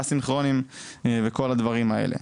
א-סינכרוניים וכל הדברים האלה.